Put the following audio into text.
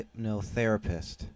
hypnotherapist